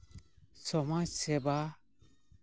ᱥᱚᱢᱟᱡᱽ ᱥᱮᱵᱟ